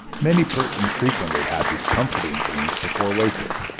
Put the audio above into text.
many persons frequently have these comforting dreams before waking,